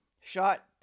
shot